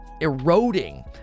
Eroding